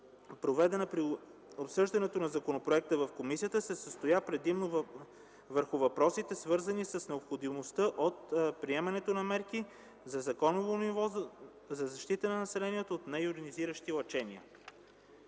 проведена при обсъждането на законопроекта в комисията, се състоя предимно върху въпросите, свързани с необходимостта от приемането на мерки на законово ниво за защита на населението от нейонизиращи лъчения.